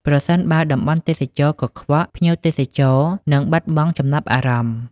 ប្រសិនបើតំបន់ទេសចរណ៍កខ្វក់ ភ្ញៀវទេសចរនឹងបាត់បង់ចំណាប់អារម្មណ៍។